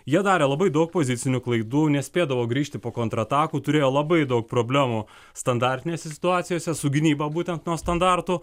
jie darė labai daug pozicinių klaidų nespėdavo grįžti po kontratakų turėjo labai daug problemų standartinėse situacijose su gynyba būtent nuo standartų